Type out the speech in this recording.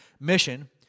mission